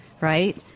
right